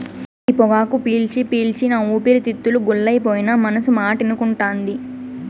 ఈ పొగాకు పీల్చి పీల్చి నా ఊపిరితిత్తులు గుల్లైపోయినా మనసు మాటినకుంటాంది